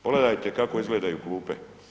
Pogledajte kako izgledaju klupe.